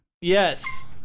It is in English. yes